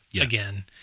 again